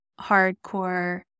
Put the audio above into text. hardcore